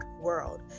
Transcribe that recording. world